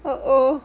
uh oh